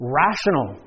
rational